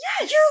Yes